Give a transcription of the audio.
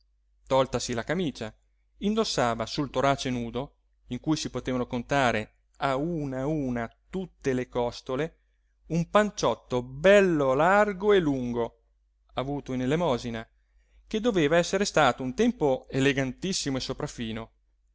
lavoro toltasi la camicia indossava sul torace nudo in cui si potevano contare a una a una tutte le costole un panciotto bello largo e lungo avuto in elemosina che doveva essere stato un tempo elegantissimo e sopraffino